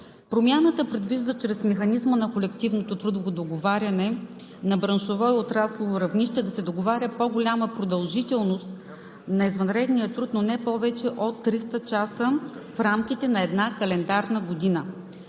Промяната предвижда чрез механизма на колективното трудово договаряне на браншово и отраслово равнище да се договаря по-голяма продължителност на извънредния труд, но не повече от 300 часа в рамките на една календарна година.